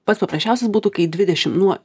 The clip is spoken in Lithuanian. pats paprasčiausias būtų kai dvidešim nuo